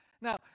Now